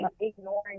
ignoring